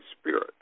spirit